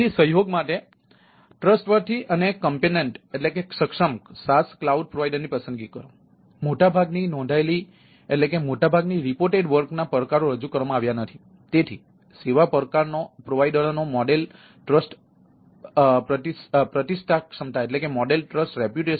તેથી સહયોગ માટે વિશ્વસનીય જોઈ રહ્યા છીએ